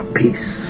peace